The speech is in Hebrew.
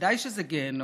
ודאי שזה גיהינום.